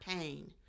pain